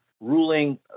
ruling